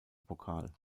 pokal